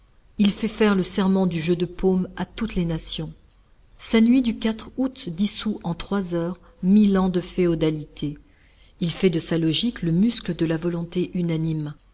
il fait faire le serment du jeu de paume à toutes les nations sa nuit du août dissout en trois heures mille ans de féodalité il fait de sa logique le muscle de la volonté unanime